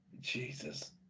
jesus